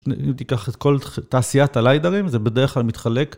אם תיקח את כל תעשיית הליידרים זה בדרך כלל מתחלק.